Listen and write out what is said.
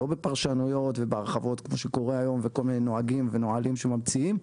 לא בפרשנויות ובהרחבות כמו שקורה היום וכל מיני נוהגים ונהלים שממציאים.